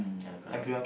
ya correct